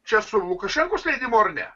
čia su lukašenkos leidimu ar ne